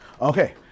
Okay